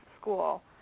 school